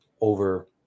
over